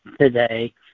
today